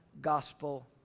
gospel